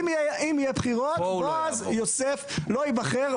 אם יהיו בחירות בועז יוסף לא ייבחר.